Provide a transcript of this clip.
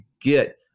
get